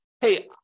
hey